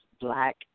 black